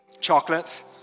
Chocolate